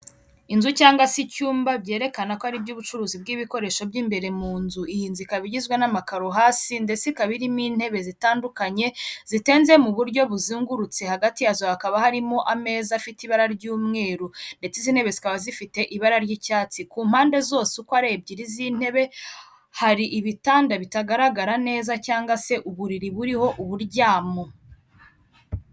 Inzu cyangwa se icyumba byerekana ko ari iby'ubucuruzi bw'ibikoresho by'imbere mu nzu, iyi nzu ikaba igizwe n'amakaro hasi ndetse ikaba irimo intebe zitandukanye zitenze mu buryo buzungurutse, hagati yazo hakaba harimo ameza afite ibara ry'umweru ndetse izi ntebe zikaba zifite ibara ry'icyatsi, ku mpande zose uko ari ebyiri z'intebe hari ibitanda bitagaragara neza cyangwa se uburiri buriho uburyamo.